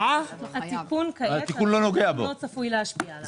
התיקון כעת לא צפוי להשפיע עליו.